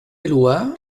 eloi